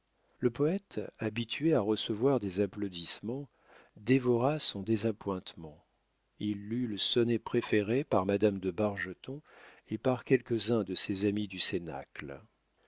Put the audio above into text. le poète habitué à recevoir des applaudissements dévora son désappointement il lut le sonnet préféré par madame de bargeton et par quelques-uns de ses amis du